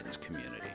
community